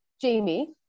Jamie